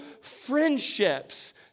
friendships